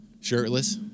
shirtless